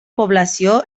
població